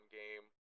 game